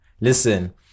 Listen